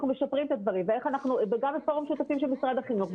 משפרים את הדברים וגם בפורום שותפים של משרד החינוך,